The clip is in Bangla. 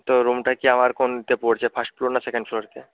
তো রুমটা কি আমার কোনতে পড়ছে ফার্স্ট ফ্লোর না সেকেন্ড ফ্লোরেতে